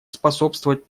способствовать